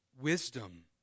wisdom